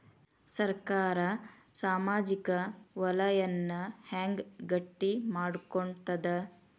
ಸರ್ಕಾರಾ ಸಾಮಾಜಿಕ ವಲಯನ್ನ ಹೆಂಗ್ ಗಟ್ಟಿ ಮಾಡ್ಕೋತದ?